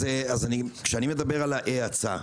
כשאני מדבר על ההאצה,